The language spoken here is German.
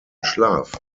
schlaf